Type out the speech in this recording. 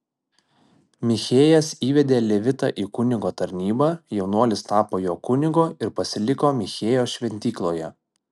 michėjas įvedė levitą į kunigo tarnybą jaunuolis tapo jo kunigu ir pasiliko michėjo šventykloje